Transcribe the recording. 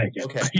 okay